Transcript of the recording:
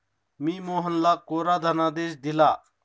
मी मोहनला कोरा धनादेश दिला